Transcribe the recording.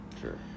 Sure